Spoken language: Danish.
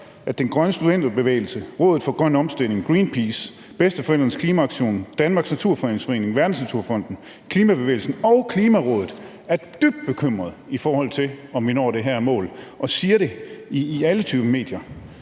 at Den Grønne Studenterbevægelse, Rådet for Grøn Omstilling, Greenpeace, Bedsteforældrenes Klimaaktion, Danmarks Naturfredningsforening, Verdensnaturfonden, Klimabevægelsen i Danmark og Klimarådet er dybt bekymret, i forhold til om vi når det her mål – og siger det i alle typer af medier?